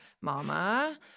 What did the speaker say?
mama